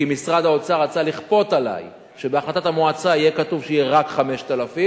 כי משרד האוצר רצה לכפות עלי שבהחלטת המועצה יהיה כתוב שיהיה רק 5,000,